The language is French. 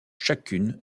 chacune